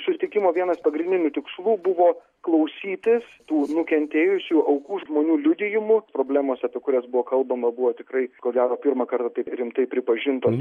susitikimo vienas pagrindinių tikslų buvo klausytis tų nukentėjusių aukų žmonių liudijimų problemos apie kurias buvo kalbama buvo tikrai ko gero pirmą kartą taip rimtai pripažintom